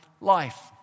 life